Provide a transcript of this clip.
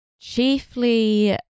chiefly